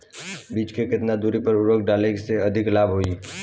बीज के केतना दूरी पर उर्वरक डाले से अधिक लाभ होई?